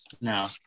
no